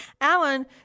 Alan